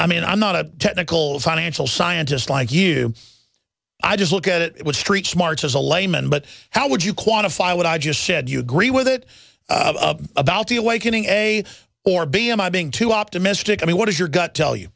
i mean i'm not a technical financial scientist like you i just look at it with street smarts as a layman but how would you quantify what i just said you agree with it about the awakening a or b am i being too optimistic i mean what does your gut tell you